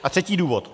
A třetí důvod.